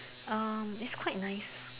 um is quite nice